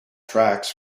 tracks